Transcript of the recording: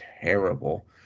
terrible